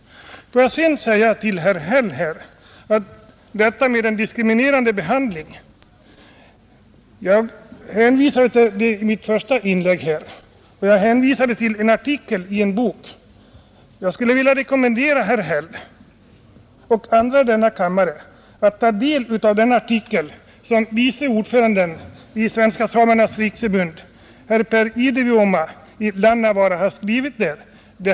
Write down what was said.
Får jag sedan säga till herr Häll beträffande detta med en diskriminerande behandling att jag i mitt första inlägg hänvisade till en artikel i en bok. Jag skulle vilja rekommendera herr Häll och andra i denna kammare att ta del av denna artikel, som vice ordföranden i Svenska samernas riksförbund, herr Per Idivuoma i Lannavara, har skrivit.